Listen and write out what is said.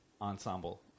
ensemble